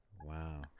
wow